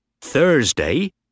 Thursday